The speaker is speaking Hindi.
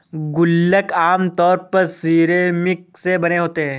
गुल्लक आमतौर पर सिरेमिक से बने होते हैं